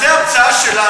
זה לא נכון, זה המצאה שלנו.